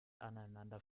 aneinander